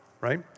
right